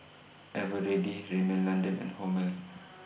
Eveready Rimmel London and Hormel